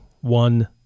one